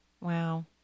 Wow